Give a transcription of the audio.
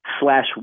slash